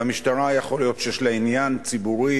יכול להיות שלמשטרה יש עניין ציבורי